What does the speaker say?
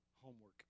homework